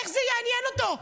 איך זה יעניין אותו?